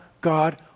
God